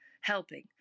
helping